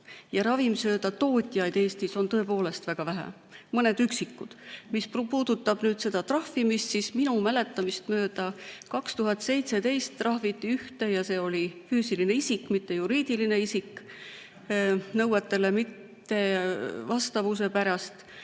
Ravimsööda tootjaid on Eestis tõepoolest väga vähe, mõned üksikud. Mis puudutab trahvimist, siis minu mäletamist mööda 2017 trahviti ühte [isikut] – see oli füüsiline isik, mitte juriidiline isik – nõuetele mittevastavuse pärast.